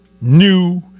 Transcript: new